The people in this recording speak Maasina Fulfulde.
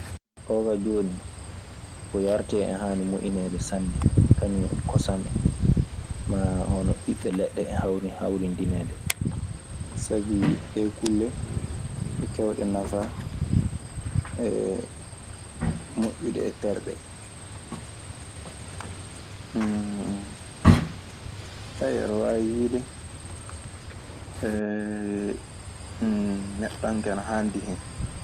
Oo kaa jooni, ko yaretee en haani moƴƴineede sanne kañun e kosan en maa hono ɓiɓɓe leɗɗe en hawri hawrindineede. Sabi ɗee kulle ɗe keewɗe nafa e moƴƴuɗe e terɗe. Aɗe waawi wiide neɗɗanke ana haandi hen.